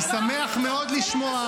אני שמח מאוד לשמוע.